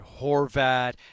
Horvat